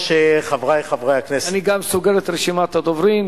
אני סוגר את רשימת הדוברים.